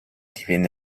divenne